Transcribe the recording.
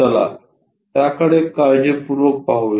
चला त्याकडे काळजीपूर्वक पाहूया